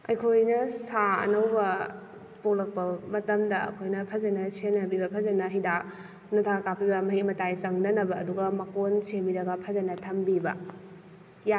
ꯑꯩꯈꯣꯏꯅ ꯁꯥ ꯑꯅꯧꯕ ꯄꯣꯛꯂꯛꯄ ꯃꯇꯝꯗ ꯑꯩꯈꯣꯏꯅ ꯐꯖꯅ ꯁꯦꯟꯅꯕꯤꯔ ꯐꯖꯅ ꯍꯤꯗꯥꯛ ꯅꯨꯡꯗꯥꯛ ꯀꯥꯞꯄꯤꯕ ꯃꯍꯤꯛ ꯃꯇꯥꯏ ꯆꯪꯗꯅꯕ ꯑꯗꯨꯒ ꯃꯀꯣꯟ ꯁꯦꯝꯕꯤꯔꯒ ꯐꯖꯅ ꯊꯝꯕꯤꯕ ꯌꯥꯏ